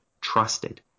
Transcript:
trusted